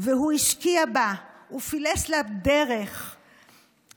הוא השקיע בה, הוא פילס לה דרך בתקשורת,